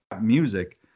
music